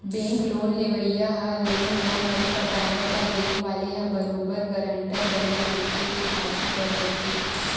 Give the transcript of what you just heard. bank loan लेवइया ह loan ल नइ पटावय त बेंक वाले ह बरोबर गारंटर बने मनखे के पाछू पड़ जाथे